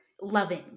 loving